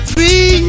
Free